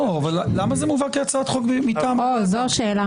למה זה מובא כהצעת חוק מטעם הוועדה?